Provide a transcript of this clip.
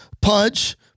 Punch